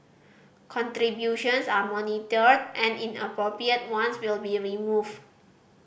contributions are monitored and inappropriate ones will be removed